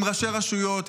עם ראשי רשויות,